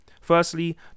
Firstly